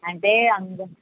అంటే అందరూ